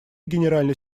генеральный